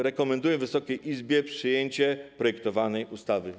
Rekomenduję Wysokiej Izbie przyjęcie projektowanej ustawy.